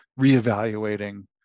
reevaluating